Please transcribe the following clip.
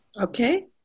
Okay